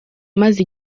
maze